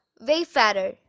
wayfarer